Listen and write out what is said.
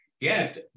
get